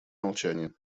молчание